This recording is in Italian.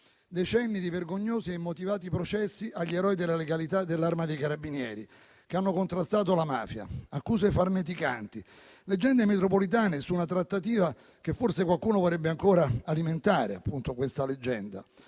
decenni di vergognosi e immotivati processi agli eroi della legalità dell'Arma dei carabinieri, che hanno contrastato la mafia; accuse farneticanti, leggende metropolitane su una trattativa che forse qualcuno vorrebbe ancora alimentare - questa leggenda,